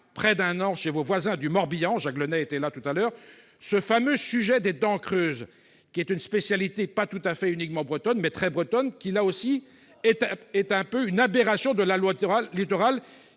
près d'un an chez vos voisins du Morbihan- Jacques Le Nay était là tout à l'heure -, c'est ce fameux sujet des dents creuses, une spécialité pas tout à fait uniquement bretonne, ... Également corse !... mais très bretonne, qui là aussi est un peu une aberration de la loi Littoral